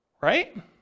right